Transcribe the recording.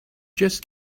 just